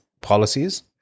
policies